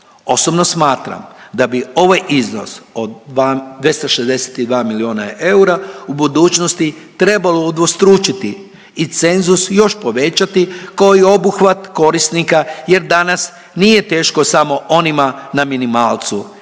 Osobno smatram da bi ovaj iznos od .../nerazumljivo/... 262 milijuna eura u budućnosti trebalo udvostručiti i cenzus još povećati kao i obuhvat korisnika jer danas nije teško samo onima na minimalcu i